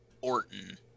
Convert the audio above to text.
Orton